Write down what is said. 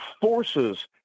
forces